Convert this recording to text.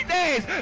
days